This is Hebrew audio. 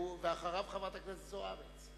ואחריו, חברת הכנסת זוארץ.